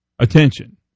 attention